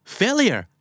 failure